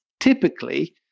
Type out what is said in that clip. Typically